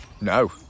No